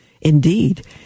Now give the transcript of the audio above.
Indeed